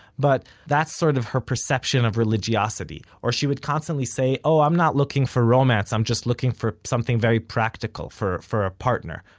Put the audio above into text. but that's sort of her perception of religiosity. or she would constantly say, oh, i'm not looking for romance, i'm just looking for something very practical, for, for a partner.